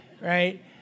right